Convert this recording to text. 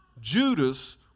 Judas